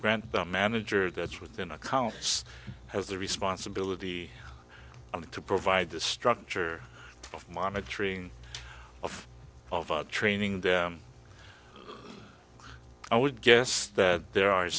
grant the manager that's within accounts has the responsibility to provide the structure of monitoring of training then i would guess that there are